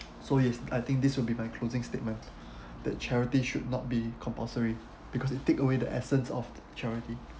so yes I think this will be my closing statement the charity should not be compulsory because you take away the essence of charity